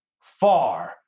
far